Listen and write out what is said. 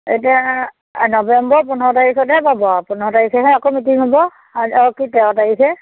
এতিয়া নৱেম্বৰ পোন্ধৰ তাৰিখতে পাব পোন্ধৰ তাৰিখেহে আকৌ মিটিং হ'ব অঁ কি তেৰ তাৰিখে